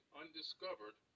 undiscovered